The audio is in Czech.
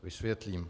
Vysvětlím.